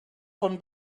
von